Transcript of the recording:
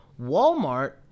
Walmart